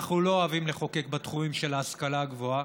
אנחנו לא אוהבים לחוקק בתחומים של ההשכלה הגבוהה,